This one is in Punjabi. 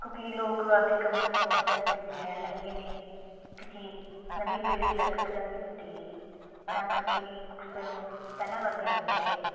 ਕਿਉਂਕਿ ਲੋਕ ਆਪਦੇ ਕੰਮਾਂ ਚ ਬਹੁਤ ਜਿਆਦਾ ਬਿਜ਼ੀ ਰਹਿਣ ਲੱਗੇ ਨੇ ਕਿਉਂਕਿ ਨਵੀਂ ਪੀੜੀ ਅਲੱਗ ਤਰ੍ਹਾਂ ਦੀ ਹੁੰਦੀ ਐ ਜੀ ਤਾਂ ਕਰਕੇ ਮੁਕਤਸਰ ਹੁਣ ਪਹਿਲਾਂ ਵਰਗਾ ਨਹੀਂ ਰਿਹਾ ਜੀ